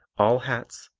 all hats,